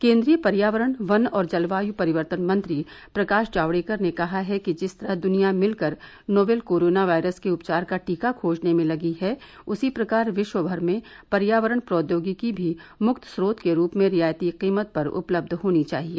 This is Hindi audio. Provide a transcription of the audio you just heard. केन्द्रीय पर्यावरण वन और जलवायु परिवर्तन मंत्री प्रकाश जावड़ेकर ने कहा है कि जिस तरह दुनिया मिलकर नोवेल कोरोना वायरस के उपचार का टीका खोजने में लगी है उसी प्रकार विश्वभर में पर्यावरण प्रौद्योगिकी भी मुक्त स्रोत के रूप में रियायती कीमत पर उपलब्ध होनी चाहिए